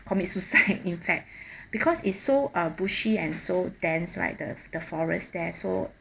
commit suicide in fact because it's so uh bushy and so dense right the the forest there so